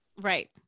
Right